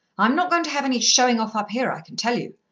i'm not going to have any showing-off up here, i can tell you.